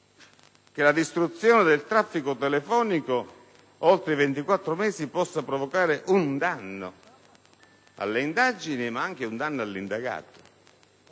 che la distruzione del traffico telefonico oltre i 24 mesi potesse provocare un danno alle indagini, ma anche all'indagato.